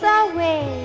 away